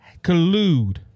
collude